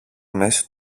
μέση